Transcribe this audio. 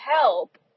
help